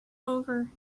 over